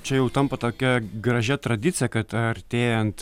čia jau tampa tokia gražia tradicija kad artėjant